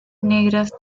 negras